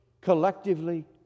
collectively